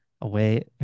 away